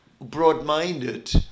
broad-minded